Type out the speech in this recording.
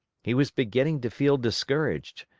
he was beginning to feel discouraged,